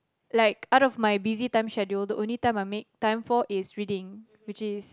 like out of my busy time schedule the only time I've made time for is reading which is